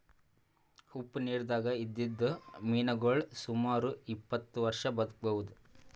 ಉಪ್ಪ್ ನಿರ್ದಾಗ್ ಇದ್ದಿದ್ದ್ ಮೀನಾಗೋಳ್ ಸುಮಾರ್ ಇಪ್ಪತ್ತ್ ವರ್ಷಾ ಬದ್ಕಬಹುದ್